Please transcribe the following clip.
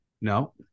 No